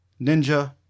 ninja